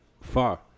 far